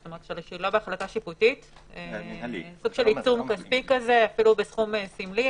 סוג של עיצום כספי אפילו בסכום סמלי,